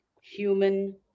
human